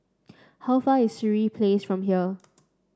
how far is Sireh Place from here